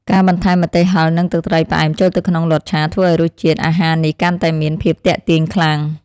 ការបន្ថែមម្ទេសហឹរនិងទឹកត្រីផ្អែមចូលទៅក្នុងលតឆាធ្វើឱ្យរសជាតិអាហារនេះកាន់តែមានភាពទាក់ទាញខ្លាំង។